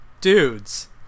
dudes